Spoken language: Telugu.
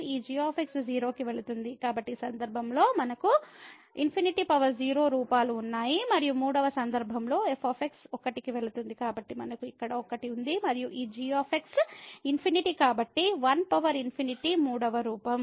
కాబట్టి ఈ సందర్భంలో మనకు ∞0 రూపాలు ఉన్నాయి మరియు 3 వ సందర్భంలో f 1 కి వెళుతుంది కాబట్టి మనకు ఇక్కడ 1 ఉంది మరియు ఈ g ∞ కాబట్టి 1 పవర్ ఇన్ఫినిటీ 3 వ రూపం